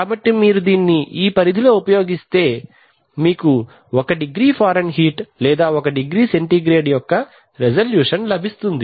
కాబట్టి మీరు దీన్ని ఈ పరిధిలో ఉపయోగిస్తే మీకు ఒక డిగ్రీ ఫారెన్హీట్ లేదా ఒక డిగ్రీ సెంటీగ్రేడ్ యొక్క రిజల్యూషన్ లభిస్తుంది